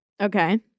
okay